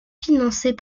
financés